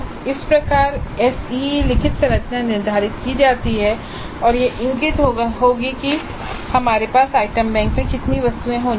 इस प्रकार एसईई लिखत संरचना निर्धारित की जाती है और यह इंगित करेगी कि हमारे पास आइटम बैंक में कितनी वस्तुएं होनी चाहिए